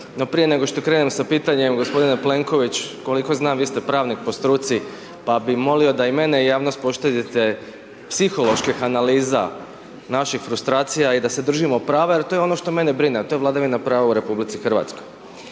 prije nego što krenem sa pitanjem, g. Plenković, koliko znam, vi ste pravnik po struci pa bi molio da i mene i javnost poštedite psiholoških analiza naših frustracija i da se držimo prava jer to je ono što mene brine a to je vladavina prava u RH. Naime, nedavno